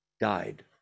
died